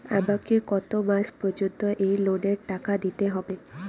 আমাকে কত মাস পর্যন্ত এই লোনের টাকা দিতে হবে?